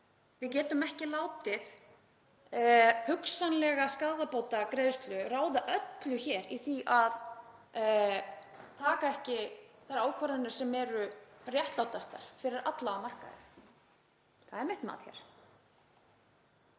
Við getum ekki látið hugsanlega skaðabótagreiðslu ráða öllu hér í því að taka ekki ákvarðanir sem eru réttlátastar fyrir alla á markaði. Það er mitt mat.